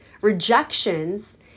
rejections